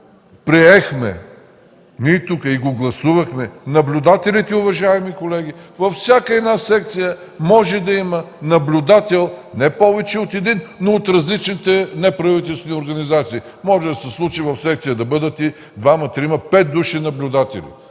и гласувахме тук текста за наблюдателите, уважаеми колеги. Във всяка една секция може да има наблюдател – не повече от един, но от различните неправителствени организации. Може да се случи в секция да бъдат двама-трима-пет души наблюдатели.